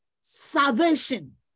salvation